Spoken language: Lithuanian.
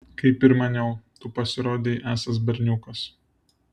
kaip ir maniau tu pasirodei esąs berniukas